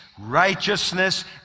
righteousness